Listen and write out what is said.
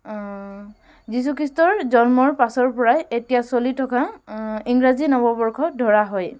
যীশুখ্ৰীষ্টৰ জন্মৰ পাছৰ পৰাই এই এতিয়া চলি থকা ইংৰাজী নৱবৰ্ষ ধৰা হয়